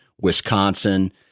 Wisconsin